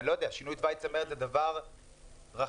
שינוי תוואי צנרת זה דבר רחב.